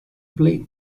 plate